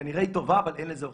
כנראה היא טובה, אבל אין לזה הוכחה.